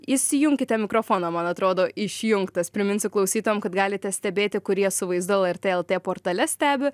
įsijunkite mikrofoną man atrodo išjungtas priminsiu klausytojam kad galite stebėti kurie su vaizdu lrt lt portale stebi